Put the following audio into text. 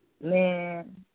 Man